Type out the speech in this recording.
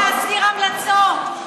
אז בשביל מה צריך להסתיר המלצות?